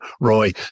Roy